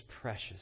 Precious